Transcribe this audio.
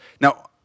Now